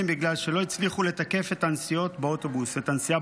בגלל שלא הצליחו לתקף את הנסיעה באוטובוס,